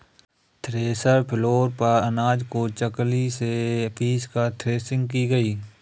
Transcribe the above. thresher floor पर अनाज को चकली से पीटकर थ्रेसिंग की गई